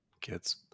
Kids